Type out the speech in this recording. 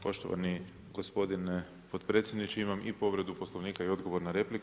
Poštovani gospodine potpredsjedniče, imam i povredu Poslovnika i odgovor na repliku.